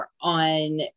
on